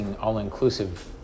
all-inclusive